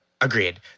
agreed